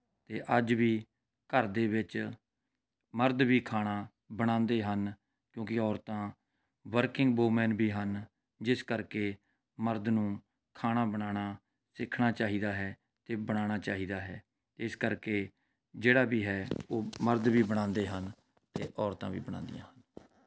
ਅਤੇ ਅੱਜ ਵੀ ਘਰ ਦੇ ਵਿੱਚ ਮਰਦ ਵੀ ਖਾਣਾ ਬਣਾਉਂਦੇ ਹਨ ਕਿਉਂਕਿ ਔਰਤਾਂ ਵਰਕਿੰਗ ਵੂਮੈਨ ਵੀ ਹਨ ਜਿਸ ਕਰਕੇ ਮਰਦ ਨੂੰ ਖਾਣਾ ਬਣਾਉਣਾ ਸਿੱਖਣਾ ਚਾਹੀਦਾ ਹੈ ਅਤੇ ਬਣਾਉਣਾ ਚਾਹੀਦਾ ਹੈ ਇਸ ਕਰਕੇ ਜਿਹੜਾ ਵੀ ਹੈ ਉਹ ਮਰਦ ਵੀ ਬਣਾਉਂਦੇ ਹਨ ਅਤੇ ਔਰਤਾਂ ਵੀ ਬਣਾਉਂਦੀਆਂ ਹਨ